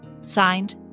Signed